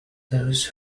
those